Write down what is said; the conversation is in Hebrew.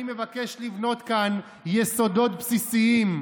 אני מבקש לבנות כאן יסודות בסיסיים,